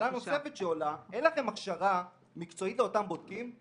שאלה נוספת שעולה: אין לכם הכשרה מקצועית לאותם בודקים?